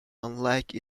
unlike